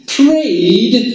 prayed